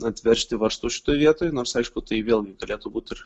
atveržti varžtų šitoj vietoj nors aišku tai vėlgi turėtų būt ir